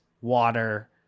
water